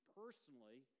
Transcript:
personally